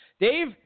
Dave